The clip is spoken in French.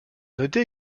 noter